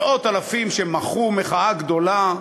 מאות אלפים שמחו מחאה גדולה,